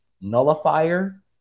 nullifier